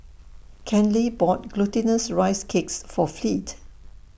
Kenley bought Glutinous Rice Cakes For Fleet